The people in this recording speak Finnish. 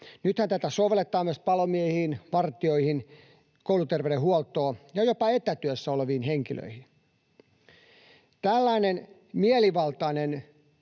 Nythän tätä sovelletaan myös palomiehiin, vartijoihin, kouluterveydenhuoltoon ja jopa etätyössä oleviin henkilöihin. Tällainen mielivaltainen